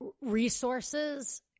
resources